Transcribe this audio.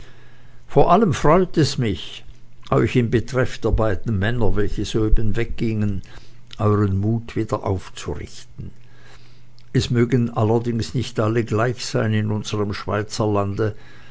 vor allem freut es mich euch in betreff der beiden männer welche soeben weggingen euern mut wiederaufzurichten es mögen allerdings nicht alle gleich sein in unserm